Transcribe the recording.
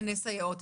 סייעות.